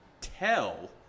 tell